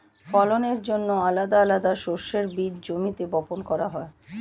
ফলনের জন্যে আলাদা আলাদা শস্যের বীজ জমিতে বপন করা হয়